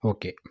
Okay